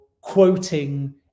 quoting